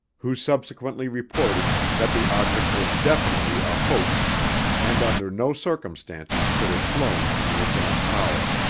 who subsequently reported that the object was definitely a hoax and under no circumstances could have flown under its own power.